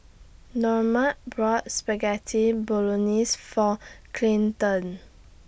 Normand bought Spaghetti Bolognese For Clinton